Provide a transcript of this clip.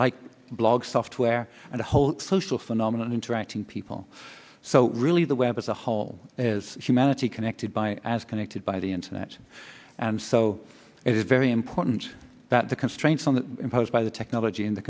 like blogs software and a whole social phenomenon interacting people so really the web as a whole is humanity connected by as connected by the internet and so it is very important that the constraints on the imposed by the technology in the